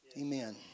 Amen